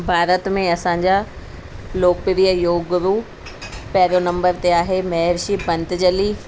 भारत में असांजा लोकप्रिय योग गुरु पहिरियों नम्बर ते आहे महर्षि पंतजली